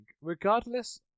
regardless